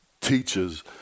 teachers